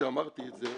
כשאמרתי את זה,